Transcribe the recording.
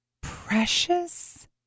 precious